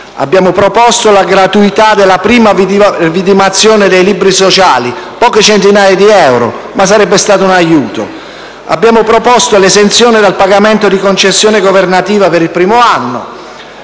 Abbiamo proposto la gratuità della prima vidimazione dei libri sociali. Si trattava di poche centinaia di euro, ma sarebbe stato un aiuto. Abbiamo proposto l'esenzione dal pagamento di concessione governativa per il primo anno